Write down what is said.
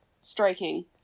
striking